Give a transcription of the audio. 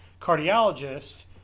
cardiologist